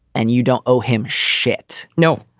and you don't owe him shit? no,